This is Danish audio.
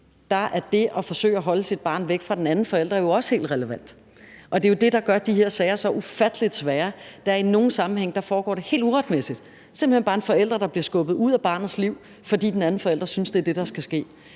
er det at forsøge at holde sit barn væk fra den anden forælder jo også helt relevant, og det er jo det, der gør de her sager så ufattelig svære. I nogle sammenhænge foregår det helt uretmæssigt; det er simpelt hen bare en forælder, der bliver skubbet ud af barnets liv, fordi den anden forælder synes, at det er det, der skal ske.